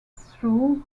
through